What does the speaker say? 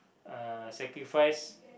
uh sacrifice